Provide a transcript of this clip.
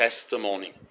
testimony